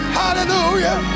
hallelujah